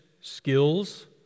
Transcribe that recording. skills